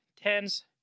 TENS